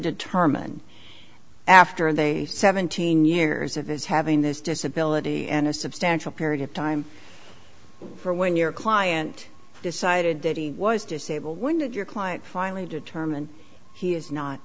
determine after they seventeen years of his having this disability and a substantial period of time for when your client decided that he was disabled when did your client finally determine he is not